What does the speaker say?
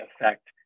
affect